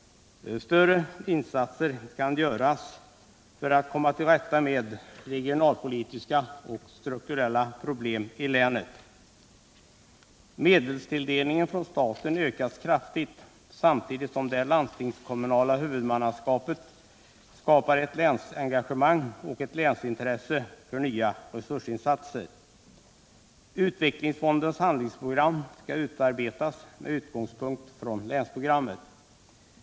Större insatser kan göras för att komma till rätta med regionalpolitiska och strukturella problem i länet. Medelstilldelningen från staten ökas kraftigt samtidigt som det landstingskommunala huvudmannaskapet skapar ett länsengagemang och ett länsintresse för nya resursinsatser. Utvecklingsfondens handlingsprogram skall utarbetas med utgång från länsprogrammet.